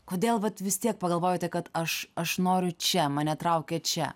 kodėl vat vis tiek pagalvojote kad aš aš noriu čia mane traukia čia